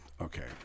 Okay